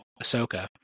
Ahsoka